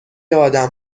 آدم